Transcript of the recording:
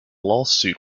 lawsuit